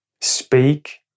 speak